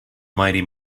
mighty